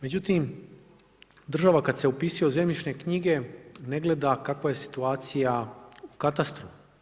Međutim, država kada se upisuje u zemljišne knjige ne gleda kakva je situacija u katastru.